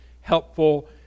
helpful